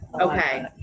Okay